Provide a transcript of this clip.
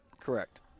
Correct